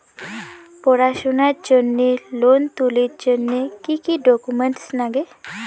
পড়াশুনার জন্যে লোন তুলির জন্যে কি কি ডকুমেন্টস নাগে?